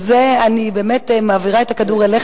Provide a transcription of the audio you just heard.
אני באמת מעבירה את הכדור אליך,